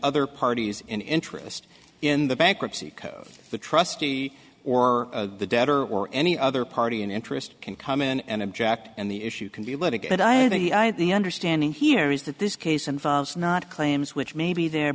other parties in interest in the bankruptcy code the trustee or the debtor or any other party in interest can come in and object and the issue can be litigated i have the understanding here is that this case involves not claims which maybe they're